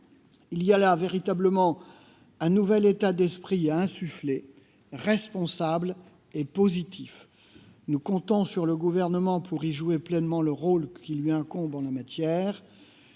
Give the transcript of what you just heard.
Il y a là véritablement un nouvel état d'esprit à insuffler, responsable et positif. Nous comptons sur le Gouvernement pour jouer pleinement le rôle qui lui incombe en la matière,